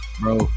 bro